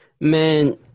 man